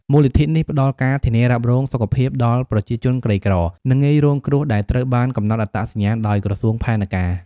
មូលនិធិនេះផ្តល់ការធានារ៉ាប់រងសុខភាពដល់ប្រជាជនក្រីក្រ និងងាយរងគ្រោះ ដែលត្រូវបានកំណត់អត្តសញ្ញាណដោយក្រសួងផែនការ។